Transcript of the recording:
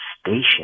station